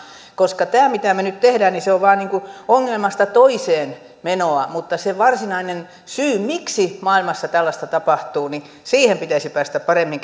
koska tämä mitä me nyt teemme on vain niin kuin ongelmasta toiseen menoa siihen varsinainen syyhyn miksi maailmassa tällaista tapahtuu pitäisi päästä paremmin